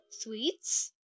sweets